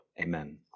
amen